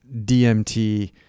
DMT